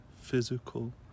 physical